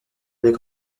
avec